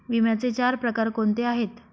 विम्याचे चार प्रकार कोणते आहेत?